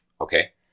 Okay